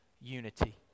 unity